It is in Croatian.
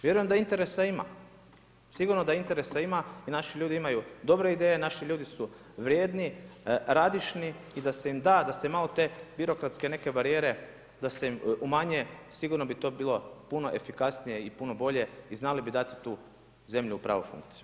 Vjerujem da interesa ima, sigurno da interesa ima jel naši ljudi imaju dobre ideje, našli ljudi su vrijedni, radišni i da im se da da se malo te birokratske neke barijere da se umanje sigurno bi to bilo puno efikasnije i puno bolje i znali bi dati tu zemlju u pravu funkciju.